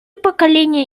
поколение